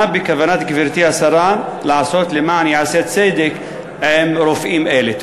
מה בכוונת גברתי השרה לעשות למען ייעשה צדק עם רופאים אלה?